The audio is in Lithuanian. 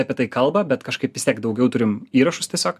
apie tai kalba bet kažkaip vis tiek daugiau turim įrašus tiesiog